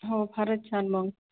हो फारच छान मग